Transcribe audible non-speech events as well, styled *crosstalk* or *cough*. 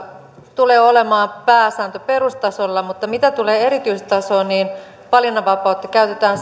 tulee olemaan pääsääntö perustasolla mutta mitä tulee erityistasoon niin valinnanvapautta käytetään *unintelligible*